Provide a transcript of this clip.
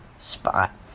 spot